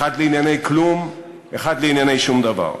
אחד לענייני כלום, אחד לענייני שום דבר.